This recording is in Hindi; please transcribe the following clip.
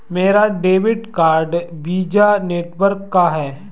मेरा डेबिट कार्ड वीज़ा नेटवर्क का है